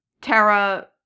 tara